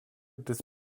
des